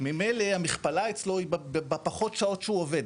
ממילא המכפלה אצלו היא בפחות שעות שהוא עובד.